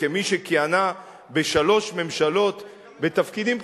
כמי שכיהנה בשלוש ממשלות בתפקידים בכירים,